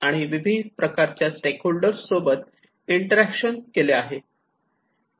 विविध प्रकारच्या stakeholder सोबत इंटरॅक्शन केले आहे